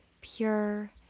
pure